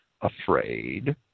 afraid